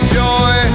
joy